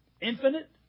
Infinite